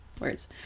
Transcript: Words